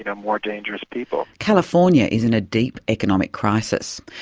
ah more dangerous people. california is in a deep economic crisis.